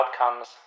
outcomes